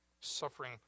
suffering